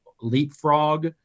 leapfrog –